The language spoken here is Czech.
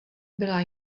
byla